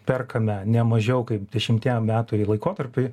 perkame ne mažiau kaip dešimtiem metų laikotarpiui